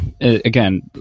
Again